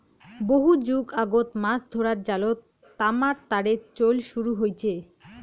বহু যুগ আগত মাছ ধরার জালত তামার তারের চইল শুরু হইচে